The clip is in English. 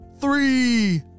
three